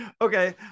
Okay